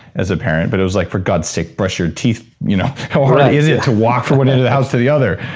as a parent, but it was like, for god's sake brush your teeth, you know, how hard is it to walk from one end of the house to the other?